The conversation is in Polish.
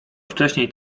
wcześniej